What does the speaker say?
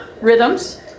rhythms